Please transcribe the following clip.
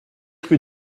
rue